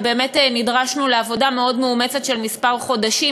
ובאמת נדרשנו לעבודה מאוד מאומצת של כמה חודשים.